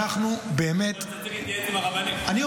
אנחנו באמת --- או